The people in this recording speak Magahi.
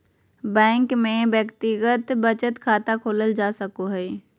बैंक में व्यक्तिगत बचत खाता खोलल जा सको हइ